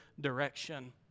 direction